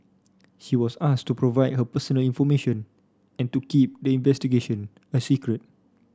she was asked to provide her personal information and to keep the investigation a secret